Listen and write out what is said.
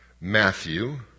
Matthew